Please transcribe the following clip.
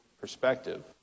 perspective